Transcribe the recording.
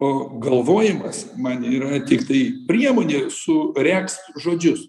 o galvojimas man yra tiktai priemonė suregzt žodžius